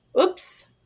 oops